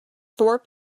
thorpe